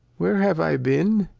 where have i been?